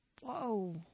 Whoa